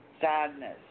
sadness